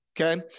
Okay